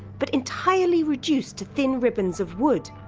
but entirely reduced to thin ribbons of wood.